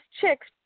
chicks